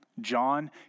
John